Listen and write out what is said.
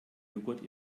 joghurt